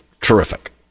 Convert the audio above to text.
terrific